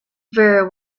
very